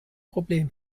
problem